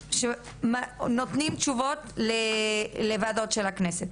נותנים תשובות לוועדות של הכנסת.